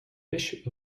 bishop